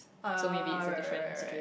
uh right right right right